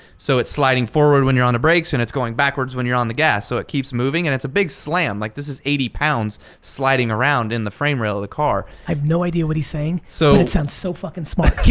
so it's sliding forward when you're on the brakes and it's going backwards when you're on the gas. so it keeps moving and it's a big slam, like this is eighty pounds sliding around in the frame rail of the car. i have no idea what he's saying, but it sounds so fuckin' smart. keep